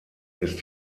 ist